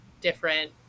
different